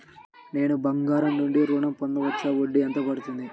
నేను బంగారం నుండి ఋణం పొందవచ్చా? వడ్డీ ఎంత పడుతుంది?